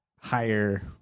higher